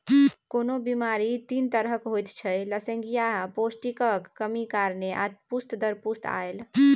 कोनो बेमारी तीन तरहक होइत छै लसेंगियाह, पौष्टिकक कमी कारणेँ आ पुस्त दर पुस्त आएल